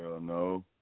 no